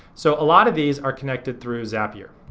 so a lot of these are connected through zapier.